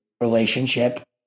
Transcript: relationship